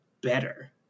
better